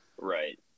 Right